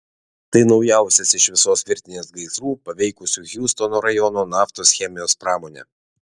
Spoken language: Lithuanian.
tai naujausias iš visos virtinės gaisrų paveikusių hjustono rajono naftos chemijos pramonę